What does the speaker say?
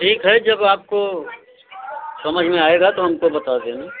ठीक है जब आपको समझ में आएगा तो हमको बता देना